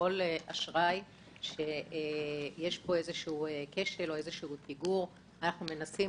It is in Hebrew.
שבכל אשראי שיש בו איזה שהוא כשל או איזה שהוא פיגור אנחנו מנסים